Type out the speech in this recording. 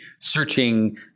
searching